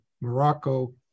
Morocco